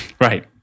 right